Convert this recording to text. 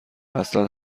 اصلن